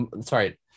sorry